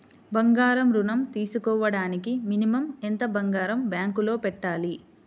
బంగారం ఋణం తీసుకోవడానికి మినిమం ఎంత బంగారం బ్యాంకులో పెట్టాలి?